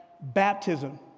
baptism